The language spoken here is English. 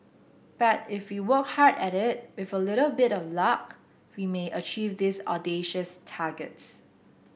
but if we work hard at it with a little bit of luck we may achieve these audacious targets